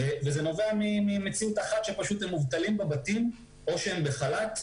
וזה נובע ממציאות אחת שהם פשוט מובטלים בבתים או שהם בחל"ת.